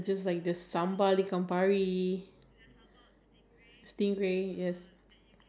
what was the best and most memorable meal you had where did you have it